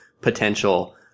potential